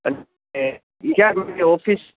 અને એ ક્યાં આવી છે ઓફિસ